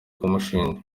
kumushinja